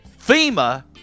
FEMA